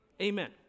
Amen